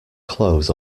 clothes